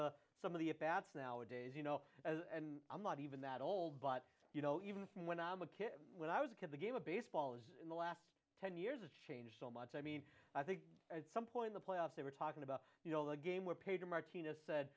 bats nowadays you know and i'm not even that old but you know even when i'm a kid when i was a kid the game of baseball is in the last ten years it's changed so much i mean i think at some point the playoffs they were talking about you know the game where pedro martinez said